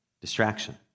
Distraction